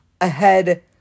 ahead